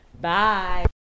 Bye